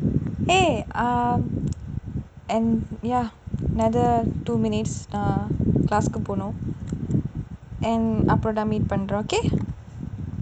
eh and ya another two minutes class ku போனும்:ponum